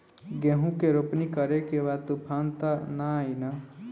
गेहूं के रोपनी करे के बा तूफान त ना आई न?